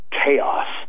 chaos